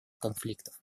конфликтов